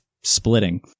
splitting